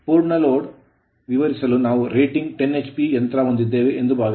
ಪೂರ್ಣ load load ವಿವರಿಸಲು ನಾವು ರೇಟಿಂಗ್ 10hp ಯಂತ್ರ ಹೊಂದಿದ್ದೇವೆ ಎಂದು ಭಾವಿಸಿ